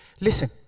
listen